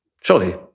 Surely